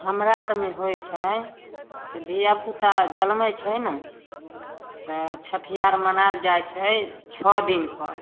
हमरा आरमे होइ छै से धिआपुता जनमै छै ने तऽ छठिआर मनाएल जाइ छै छओ दिनपर